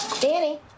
Danny